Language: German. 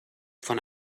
von